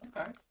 okay